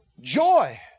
joy